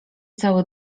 cały